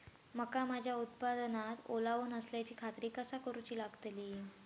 मका माझ्या उत्पादनात ओलावो नसल्याची खात्री कसा करुची लागतली?